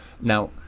Now